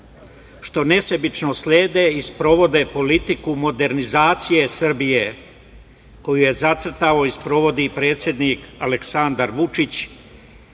što nesebično slede i sprovode politiku modernizacije Srbije koju je zacrtao i sprovodi predsednik Aleksandar Vučić,